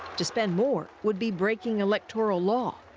to spend more would be breaking electoral law.